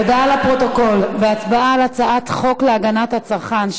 הודעה לפרוטוקול: בהצבעה על הצעת חוק להגנת הצרכן,